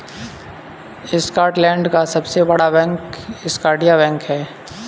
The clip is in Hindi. स्कॉटलैंड का सबसे बड़ा बैंक स्कॉटिया बैंक है